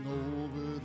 over